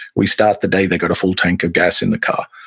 we start the day, they got a full tank of gas in the car,